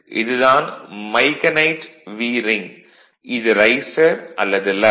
இது தான் micanite V ring இது ரைஸர் அல்லது லக்